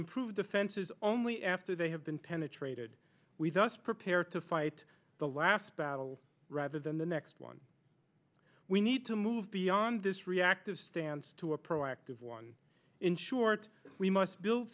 improve defenses only after they have been penetrated with us prepared to fight the last battle rather than the next one we need to move beyond this reactive stance to a proactive one ensure that we must build